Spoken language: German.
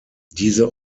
diese